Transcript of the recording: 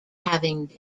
having